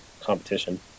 competition